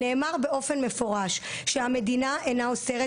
נאמר באופן מפורש שהמדינה אינה אוסרת,